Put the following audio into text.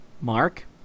Mark